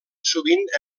sovint